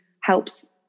helps